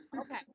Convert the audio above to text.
Okay